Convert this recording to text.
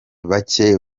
bake